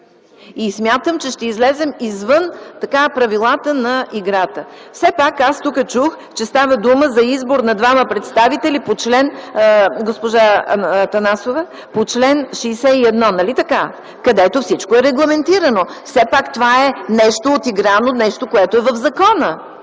И смятам, че ще излезем извън правилата на играта. Все пак аз тук чух, че става дума за избор на двама представители по чл. 61, където всичко е регламентирано. Все пак това е нещо отиграно, нещо, което е в закона.